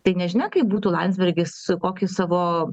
tai nežinia kaip būtų landsbergis su kokiu savo